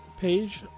page